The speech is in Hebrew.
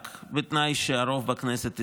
רק בתנאי שהרוב בכנסת הצביע.